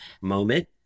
moment